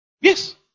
Yes